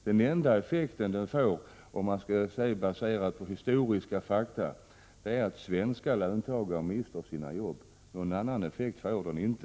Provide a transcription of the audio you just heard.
Den enda effekt bojkotten får — om vi skall se till historiska fakta — är att svenska löntagare mister sina jobb. Någon annan effekt får den inte.